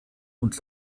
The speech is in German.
und